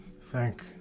Thank